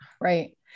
Right